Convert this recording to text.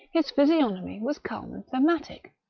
his physiognomy was calm and phlegmatic,